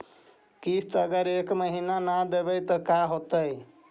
किस्त अगर एक महीना न देबै त का होतै?